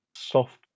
soft